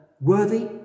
worthy